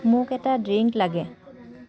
মোক এটা ড্ৰিংক লাগে